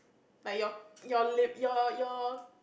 like your your liv~ your